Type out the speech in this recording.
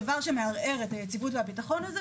דבר שמערער את היציבות והביטחון הזה,